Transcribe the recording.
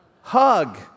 hug